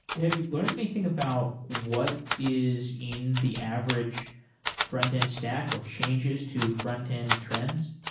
have you learned anything about what is in the average frontend stack or changes to frontend trends?